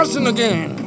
again